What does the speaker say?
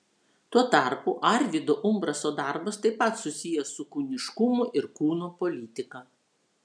tuo tarpu arvydo umbraso darbas taip pat susijęs su kūniškumu ir kūno politika